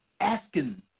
asking